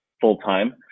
full-time